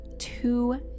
Two